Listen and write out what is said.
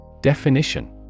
Definition